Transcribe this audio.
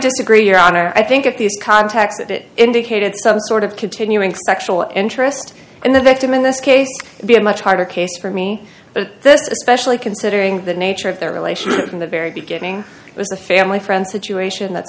disagree your honor i think that these contacts indicated some sort of continuing sexual interest in the victim in this case be a much harder case for me but especially considering the nature of their relationship from the very beginning it was a family friend situation that's